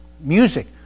music